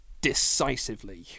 decisively